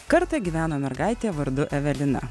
kartą gyveno mergaitė vardu evelina